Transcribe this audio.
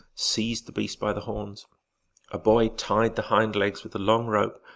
seized the beast by the horns a boy tied the hind legs with a long rope,